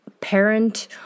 parent